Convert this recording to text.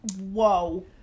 whoa